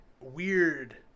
Weird